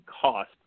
cost